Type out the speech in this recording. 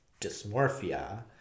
dysmorphia